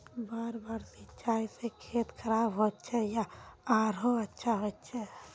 बार बार सिंचाई से खेत खराब होचे या आरोहो अच्छा होचए?